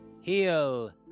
heal